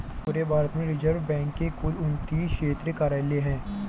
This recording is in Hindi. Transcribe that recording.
पूरे भारत में रिज़र्व बैंक के कुल उनत्तीस क्षेत्रीय कार्यालय हैं